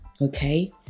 okay